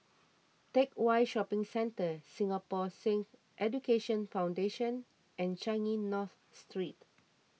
Teck Whye Shopping Centre Singapore Sikh Education Foundation and Changi North Street